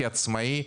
כעצמאי,